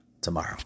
tomorrow